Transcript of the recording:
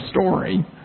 story